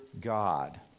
God